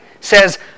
says